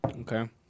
Okay